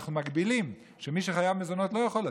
אנחנו מגבילים שמי שחייב מזונות לא יכול לצאת,